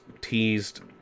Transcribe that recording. teased